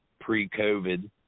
pre-COVID